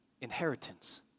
inheritance